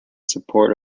support